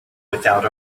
without